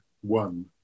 one